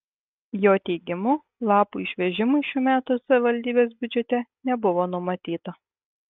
jo teigimu lapų išvežimui šių metų savivaldybės biudžete nebuvo numatyta